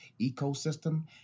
ecosystem